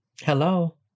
Hello